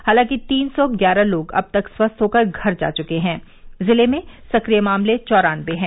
हालांकि तीन सौ ग्यारह लोग अब तक स्वस्थ होकर घर जा चुके हैं जिले में सक्रिय मामले चौरानबे हैं